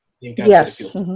yes